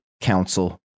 council